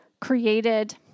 created